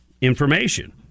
information